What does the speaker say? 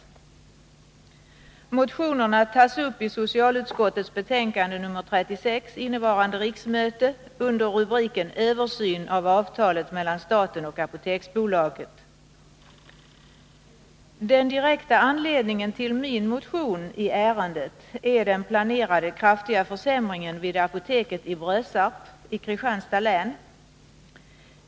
Motionerna tas upp i socialutskottets betänkande 36 innevarande riksmöte under rubriken Översyn av avtalet mellan staten och Apoteksbolaget AB. Den direkta anledningen till min motion i ärendet är den planerade kraftiga försämringen vid apoteket i Brösarp i Kristianstads län.